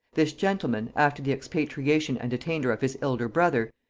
this gentleman, after the expatriation and attainder of his elder brother,